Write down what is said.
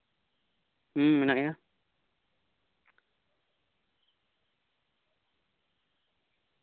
ᱦᱩᱸ ᱢᱮᱱᱟᱜ ᱜᱮᱭᱟ